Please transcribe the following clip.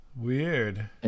Weird